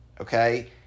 okay